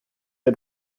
wir